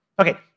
Okay